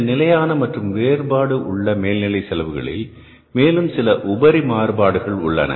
இந்த நிலையான மற்றும் வேறுபாடு உள்ள மேல்நிலை செலவுகளில் மேலும் சில உபரி மாறுபாடுகள் உள்ளது